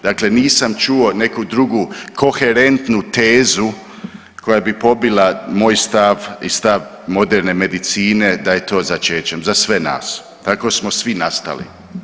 Dakle, nisam čuo neku drugu koherentnu tezu koja bi pobila moj stav i stav moderne medicine da je to začećem za sve nas, tako smo svi nastali.